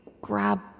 grab